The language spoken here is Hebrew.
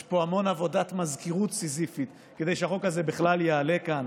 יש פה המון עבודת מזכירות סיזיפית כדי שהחוק הזה בכלל יעלה כאן.